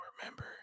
remember